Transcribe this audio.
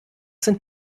sind